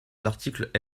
l’article